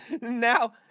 now